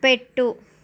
పెట్టు